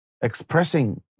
expressing